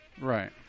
right